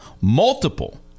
Multiple